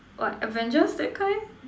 what Avengers that kind